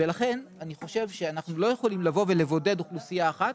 לכן אני חושב שאנחנו לא יכולים לבוא ולבודד אוכלוסייה אחת,